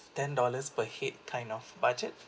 ten dollars per head kind of budget